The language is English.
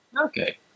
Okay